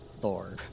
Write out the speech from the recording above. thor